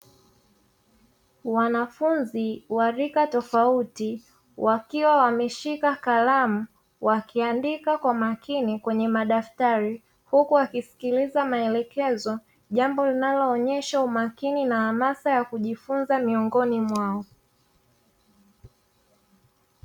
Wanafunzi wa rika tofauti wakiwa wameshika karamu wakiandika kwa makini kwenye madaftari, huku wakisikiliza maekelezo jambo linaloonesha umakini na hamasa ya kujifunza miongoni mwao.